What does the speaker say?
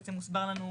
בעצם הוסבר לנו,